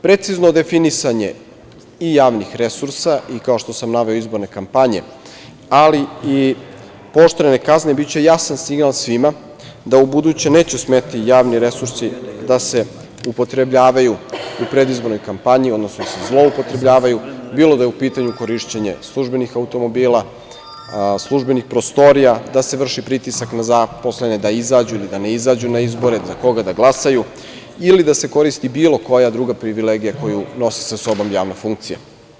Precizno definisanje i javnih resursa i kao što sam naveo izborne kampanje, ali i pooštrene kazne biće jasan signal svima da ubuduće neće smeti javni resursi da se upotrebljavaju u predizbornoj kampanji, odnosno da se zloupotrebljavaju, bilo da je u pitanju korišćenje službenih automobila, službenih prostorija, da se vrši pritisak na zaposlene da izađu ili da ne izađu na izbore, za koga da glasaju, ili da se koristi bilo koja druga privilegija koju nosi sa sobom javna funkcija.